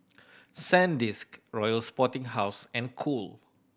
Sandisk Royal Sporting House and Cool